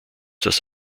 das